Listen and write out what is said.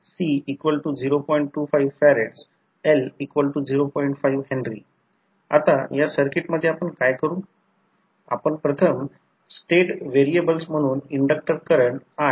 radio frequency transformer हे megahertz frequency रिजनमध्ये कार्यरत आहे एकतर एअर कोरमध्ये फेराइट कोर किंवा डस्ट कोर आहे